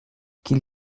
qu’il